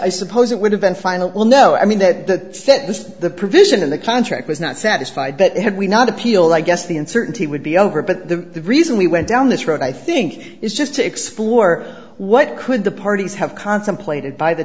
i suppose it would have been final well no i mean that this is the provision in the contract was not satisfied that had we not appeal i guess the uncertainty would be over but the reason we went down this road i think is just to explore what could the parties have contemplated by the